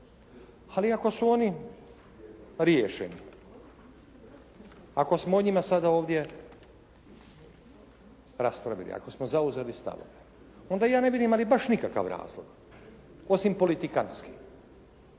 Ali ako su oni riješeni, ako smo o njima sada ovdje raspravili, ako smo zauzeli stavove, onda ja ne vidim ali baš nikakav razlog osim politikanski